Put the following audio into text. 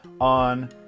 on